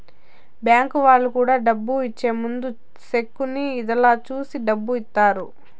bank వాళ్ళు కూడా డబ్బు ఇచ్చే ముందు సెక్కు అన్ని ఇధాల చూసి డబ్బు ఇత్తారు